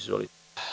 Izvolite.